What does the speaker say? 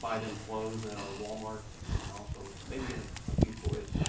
buy them clothes at our walmart, and also maybe you know a few toys.